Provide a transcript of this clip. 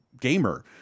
gamer